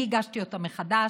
אני הגשתי אותה מחדש.